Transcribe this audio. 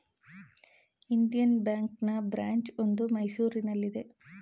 Indian ಬ್ಯಾಂಕ್ನ branch ಒಂದು ಮೈಸೂರಲ್ಲಿದೆ